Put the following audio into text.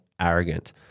arrogant